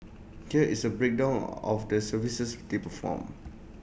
here is A breakdown of the services they perform